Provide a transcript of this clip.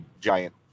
giant